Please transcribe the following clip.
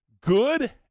good